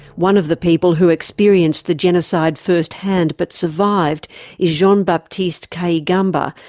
one of the people who experienced the genocide first hand but survived is jean baptiste kayigamba,